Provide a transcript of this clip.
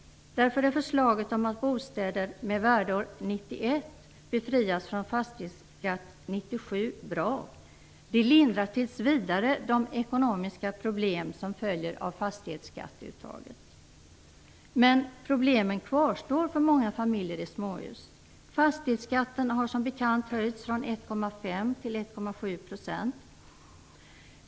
Därför är förslaget bra om att bostäder med värdeår 1991 befrias från fastighetsskatt 1997. Det lindar tills vidare de ekonomiska problem som följer av fastighetsskatteuttaget. Men problemen kvarstår för många familjer i småhus. Fastighetsskatten har som bekant höjts från 1,5 % till 1,7 %.